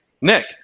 Nick